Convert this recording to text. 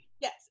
yes